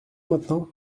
maintenant